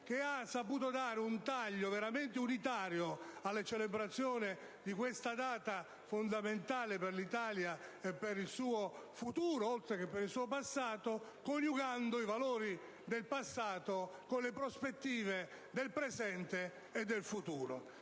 che ha saputo dare un taglio davvero unitario alla celebrazione di questa data fondamentale per l'Italia e per il suo futuro, oltre che per il suo passato, coniugando i valori del passato con le prospettive del presente e del futuro.